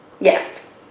Yes